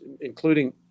including